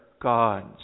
gods